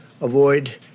avoid